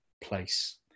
place